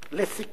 לסיכום